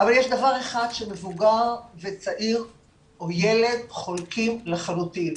אבל יש דבר אחד שמבוגר וילד חולקים לחלוטין,